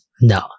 No